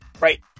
right